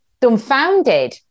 dumbfounded